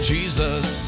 Jesus